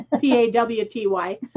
p-a-w-t-y